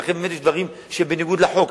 אם אכן יש דברים שהם בניגוד לחוק,